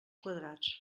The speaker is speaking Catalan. quadrats